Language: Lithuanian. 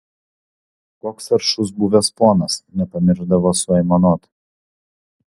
koks aršus buvęs ponas nepamiršdavo suaimanuot